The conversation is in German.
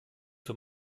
für